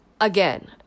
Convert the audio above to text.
Again